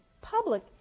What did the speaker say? public